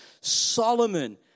Solomon